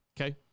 Okay